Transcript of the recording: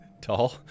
tall